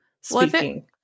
speaking